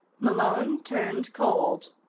malone turned cold.